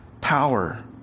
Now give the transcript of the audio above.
power